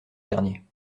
dernier